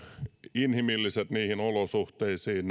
inhimilliset niihin olosuhteisiin